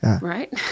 right